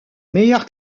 meilleur